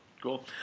Cool